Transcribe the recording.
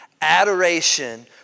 Adoration